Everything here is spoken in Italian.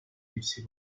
dirsi